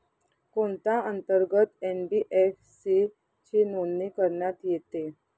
कोणत्या अंतर्गत एन.बी.एफ.सी ची नोंदणी करण्यात येते?